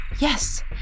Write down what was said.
Yes